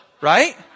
Right